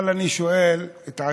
אבל אני שואל את עצמי,